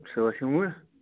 سۭتۍ یِموٕ